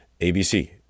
ABC